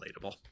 relatable